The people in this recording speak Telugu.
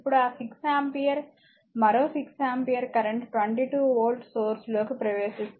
ఇప్పుడు ఈ 6 ఆంపియర్ మరో 6 ఆంపియర్ కరెంట్ 22 వోల్ట్ సోర్స్ లోకి ప్రవేశిస్తుంది